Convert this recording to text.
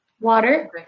Water